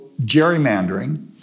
gerrymandering